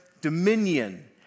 dominion